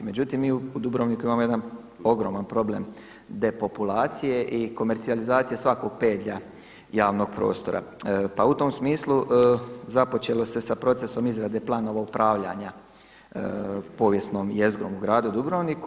Međutim, mi u Dubrovniku imamo jedan ogroman problem depopulacije i komercijalizacije svakog pedlja javnog prostora, pa u tom smislu započelo se sa procesom izrade planova upravljanja povijesnom jezgrom u gradu Dubrovniku.